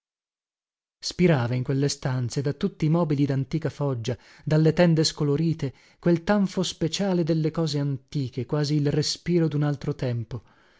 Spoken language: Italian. spirava in quelle stanze da tutti i mobili dantica foggia dalle tende scolorite quel tanfo speciale delle cose antiche quasi il respiro dun altro tempo